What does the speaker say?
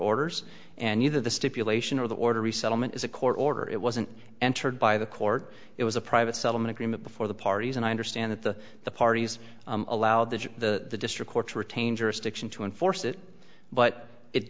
orders and either the stipulation or the order resettlement is a court order it wasn't entered by the court it was a private settlement agreement before the parties and i understand that the the parties allowed that the district courts retain jurisdiction to enforce it but it